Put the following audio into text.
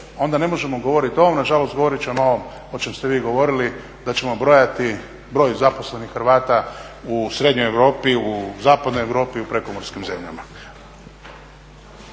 onda ne možemo govorit o ovom. Nažalost govorit ćemo o čem ste vi govorili, da ćemo brojati broj zaposlenih Hrvata u srednjoj Europi, u zapadnoj Europi, u prekomorskim zemljama.